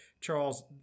charles